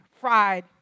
fried